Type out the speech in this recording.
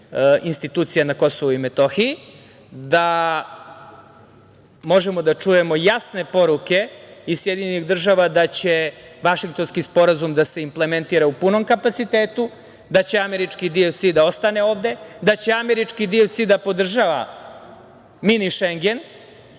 institucija na Kosovu i Metohiji, da možemo da čujemo jasne poruke iz SAD-a da će vašingtonski sporazum da se implementira u punom kapacitetu, da će američki DLC da ostane ovde, da će američki DLC da podržava Mini Šengen,